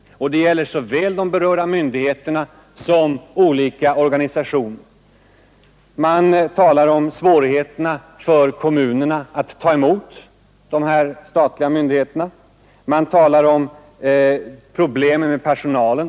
Den uppfattningen finns såväl hos de berörda myndigheterna som hos olika intresseorganisationer. Man talar om svårigheterna för kommunerna att ta emot de statliga myndigheterna, man talar om problemen med personalen.